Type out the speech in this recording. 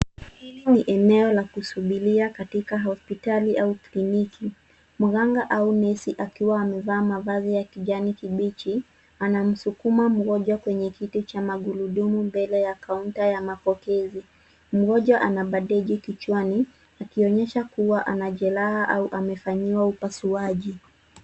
Hili ni eneo la kusubiria katika hospitali au kliniki. Mganga au nesi akiwa amevaa mavazi ya kijani kibichi anamsukuma mgonjwa kwenye kiti cha magurudumu mbele ya counter ya mapokezi. Mgonjwa ana bandeji kichwani akionyesha kuwa ana jeraha au amefanyiwa upasuaji.